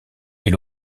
est